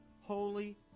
holy